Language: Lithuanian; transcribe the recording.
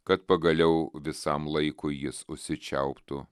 kad pagaliau visam laikui jis užsičiauptų